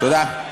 תודה.